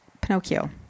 Pinocchio